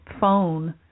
phone